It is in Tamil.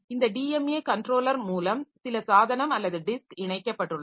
இந்த டிஎம்ஏ கன்ட்ரோலர் மூலம் சில சாதனம் அல்லது டிஸ்க் இணைக்கப்பட்டுள்ளது